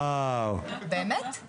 באמת?